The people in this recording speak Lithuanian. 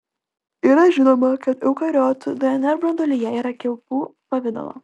yra žinoma kad eukariotų dnr branduolyje yra kilpų pavidalo